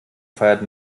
feiert